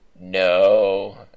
No